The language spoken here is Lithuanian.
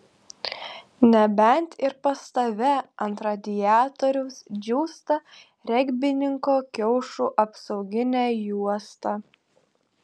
nebent ir pas tave ant radiatoriaus džiūsta regbininko kiaušų apsauginė juosta